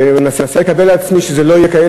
אני מנסה לקבל על עצמי שזה לא יהיה כך.